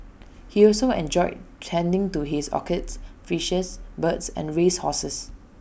he also enjoyed tending to his orchids fishes birds and race horses